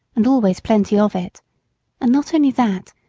and always plenty of it and not only that,